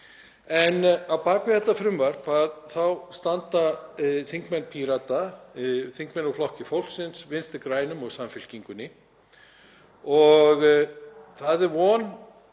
Á bak við þetta frumvarp standa þingmenn Pírata, þingmenn úr Flokki fólksins, Vinstri grænum og Samfylkingunni, og það er von